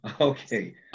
okay